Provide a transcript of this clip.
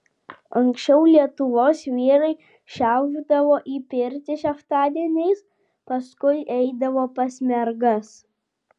anksčiau lietuvos vyrai šiaušdavo į pirtį šeštadieniais paskui eidavo pas mergas